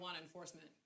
enforcement